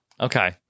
Okay